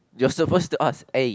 you're supposed to ask eh